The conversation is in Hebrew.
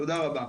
תודה רבה.